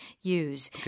use